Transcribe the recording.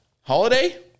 Holiday